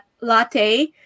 latte